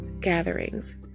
gatherings